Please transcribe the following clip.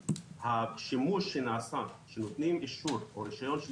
השימוש שנעשה שנותנים אישור או רישיון של